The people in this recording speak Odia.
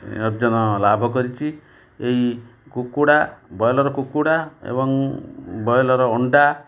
ଅର୍ଜନ ଲାଭ କରିଚି ଏଇ କୁକୁଡ଼ା ବ୍ରଏଲର୍ କୁକୁଡ଼ା ଏବଂ ବ୍ରଏଲର ଅଣ୍ଡା୍